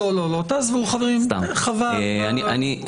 לא אדוני,